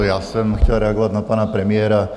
Já jsem chtěl reagovat na pana premiéra.